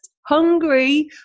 hungry